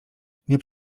nie